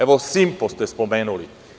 Evo, „Simpo“ ste spomenuli.